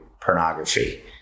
pornography